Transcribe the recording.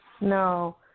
no